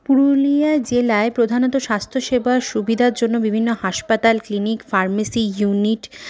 পুরুলিয়া জেলায় প্রধানত স্বাস্থ্যসেবার সুবিধার জন্য বিভিন্ন হাসপাতাল ক্লিনিক ফার্মেসি ইউনিট